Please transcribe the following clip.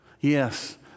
Yes